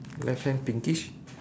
left hand pinkish